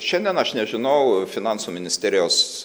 šiandien aš nežinau finansų ministerijos